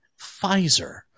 Pfizer